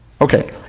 Okay